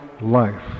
life